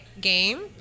game